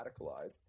radicalized